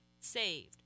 saved